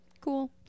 cool